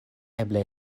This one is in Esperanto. eble